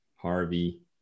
Harvey